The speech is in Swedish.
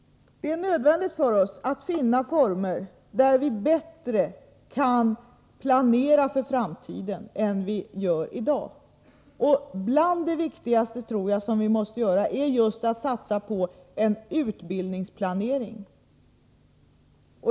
Det är nödvändigt för oss att finna former för hur vi skall kunna planera bättre för framtiden än vi gör i dag. Jag tror att bland det viktigaste vi måste göra är just att satsa på en utbildningsplanering.